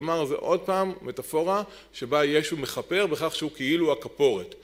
כלומר זה עוד פעם מטאפורה שבה ישו מכפר בכך שהוא כאילו הכפורת